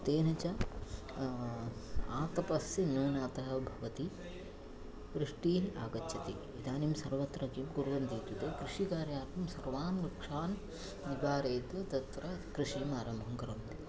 तेन च आतपस्य न्यूनात् भवति वृष्टिः आगच्छति इदानीं सर्वत्र किं कुर्वन्ति इत्युक्ते कृषिकार्यार्थं सर्वान् वृक्षान् निवारयित्वा तत्र कृषिम् आरम्भं कर्वन्ति